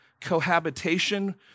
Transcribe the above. cohabitation